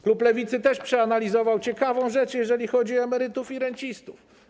Klub Lewicy przeanalizował ciekawą rzecz, jeżeli chodzi o emerytów i rencistów.